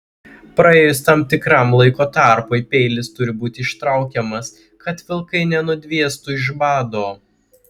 praėjus tam tikram laiko tarpui peilis turi būti ištraukiamas kad vilkai nenudvėstų iš bado